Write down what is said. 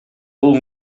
бул